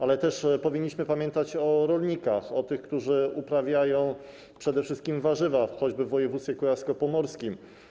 Ale też powinniśmy pamiętać o rolnikach, o tych, którzy uprawiają przede wszystkim warzywa, choćby w województwie kujawsko-pomorskim.